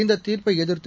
இந்த தீர்ப்பை எதிர்த்து